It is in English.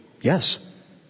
yes